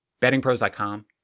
BettingPros.com